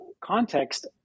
context